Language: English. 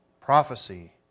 Prophecy